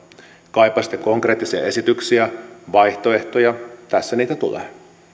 kaipasitte konkreettisia esityksiä vaihtoehtoja tässä niitä tulee